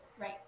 right